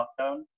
lockdown